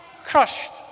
Crushed